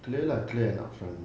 clear lah clear and upfront